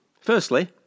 Firstly